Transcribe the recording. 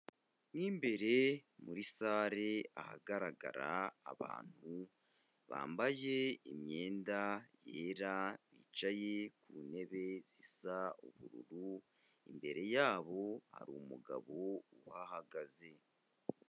Mo imbere muri sale ahagaragara abantu bambaye imyenda yera, bicaye ku ntebe zisa ubururu, imbere yabo hari umugabo uhahagaze.